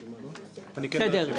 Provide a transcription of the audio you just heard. בבקשה.